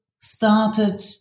started